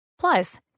Plus